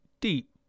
deep